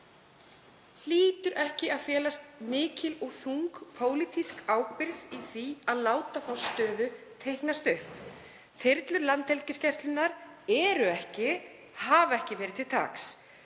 Hlýtur ekki að felast mikil og þung pólitísk ábyrgð í því að láta þá stöðu teiknast upp? Þyrlur Landhelgisgæslunnar eru ekki og hafa ekki verið til taks.